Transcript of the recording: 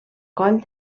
coll